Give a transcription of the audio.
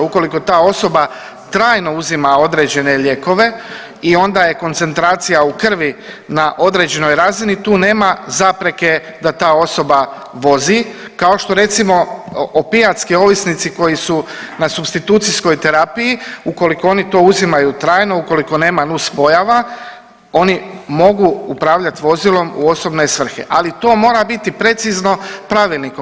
Ukoliko ta osoba trajno uzima određene lijekove i onda je koncentracija u krvi na određenoj razini tu nema zapreke da ta osoba vozi kao što recimo opijatski ovisnici koji su na supstitucijskoj terapiji ukoliko to oni uzimaju trajno, ukoliko nema nuspojava oni mogu upravljat vozilom u osobne svrhe ali to mora biti precizno pravilnikom.